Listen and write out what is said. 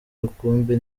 rukumbi